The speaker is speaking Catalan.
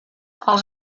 els